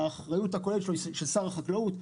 והאחריות הכוללת שלו היא של שר החקלאות.